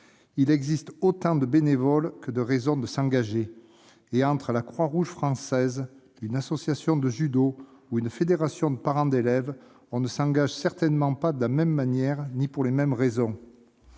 il existe autant de bénévoles que de raisons de s'engager. Qu'il s'agisse de la Croix-Rouge française, d'une association de judo ou d'une fédération de parents d'élèves, on ne s'engage certainement pas de la même manière ni pour les mêmes raisons.